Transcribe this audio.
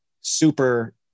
super